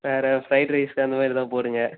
வேறு fried rice அந்த மாதிரி எதாவது போடுங்க